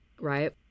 right